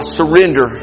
surrender